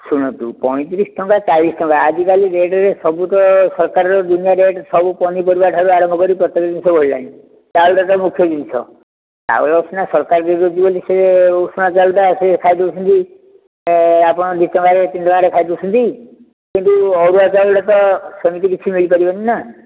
ଶୁଣନ୍ତୁ ପଇଁତିରିଶ ଟଙ୍କା ଚାଳିଶ ଟଙ୍କା ଆଜିକାଲି ରେଟ୍ରେ ସବୁ ତ ସରକାର ଦୁନିଆ ରେଟ୍ ସବୁ ପନିପରିବାଠାରୁ ଆରମ୍ଭ କରିକି ପ୍ରତ୍ୟକ ଜିନିଷ ବଢ଼ିଲାଣି ଚାଉଳ ରେଟ୍ଟା ମୁଖ୍ୟ ଜିନିଷ ଚାଉଳ ଅଛି ନା ସରକାର ବୁଝିବନି ସେ ଉଷୁନା ଚାଉଳଟା ସେ ଖାଇ ଦେଉଛନ୍ତି ଆପଣ ଦୁଇ ଟଙ୍କାରେ ତିନି ଟଙ୍କାରେ ଖାଇ ଦେଉଛନ୍ତି କିନ୍ତୁ ଅରୁଆ ଚାଉଳଟା ତ ସେମିତି କିଛି ମିଳିପାରିବନି ନା